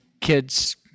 kids